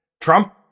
Trump